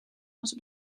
onze